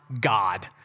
God